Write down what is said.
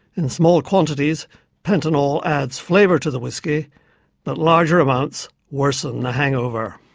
in small quantities pentanol adds flavour to the whiskey but larger amounts worsen the hangover.